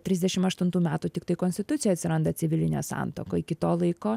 trisdešim aštuntų metų tiktai konstitucijoj atsiranda civilinė santuoka iki to laiko